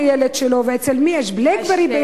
לילד שלו ולילד של מי יש "בלקברי".